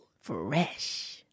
Fresh